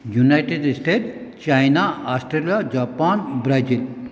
united state China Australia Japan Brazil